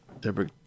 Deborah